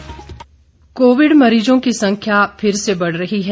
Covid संदेश covid मरीजों की संख्या फिर से बढ़ रही है